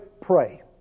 pray